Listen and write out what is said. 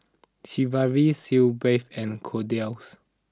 Sigvaris Sitz bath and Kordel's